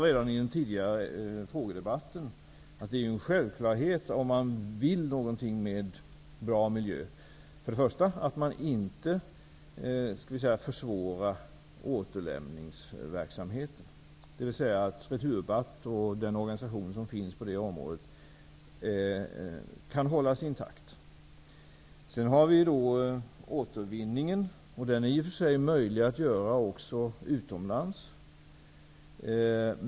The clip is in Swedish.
Redan i den tidigare frågedebatten sade jag att det är en självklarhet, om man nu vill något när det gäller detta med en bra miljö, att man först och främst inte försvårar återlämningsverksamheten -- dvs. att Returbatt och den organisation som finns på det området kan hållas intakta. Sedan har vi återvinningen. Den är i och för sig möjlig att göra även utomlands.